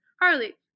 Harley